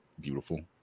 beautiful